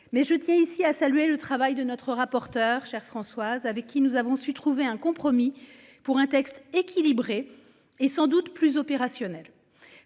mais je tiens ici à saluer le travail de notre rapporteure chers Françoise avec qui nous avons su trouver un compromis pour un texte équilibré et sans doute plus opérationnel.